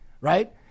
right